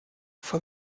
für